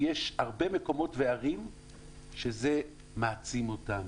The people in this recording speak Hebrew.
יש הרבה מקומות וערים שזה מעצים אותן,